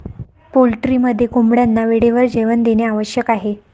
पोल्ट्रीमध्ये कोंबड्यांना वेळेवर जेवण देणे आवश्यक आहे